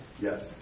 Yes